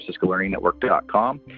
CiscoLearningNetwork.com